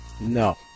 No